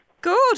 Good